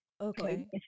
Okay